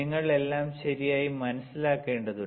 നിങ്ങൾ എല്ലാം ശരിയായി മനസിലാക്കേണ്ടതുണ്ട്